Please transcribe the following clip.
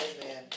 Amen